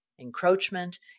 encroachment